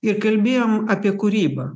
ir kalbėjom apie kūrybą